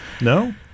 no